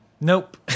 Nope